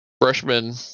freshman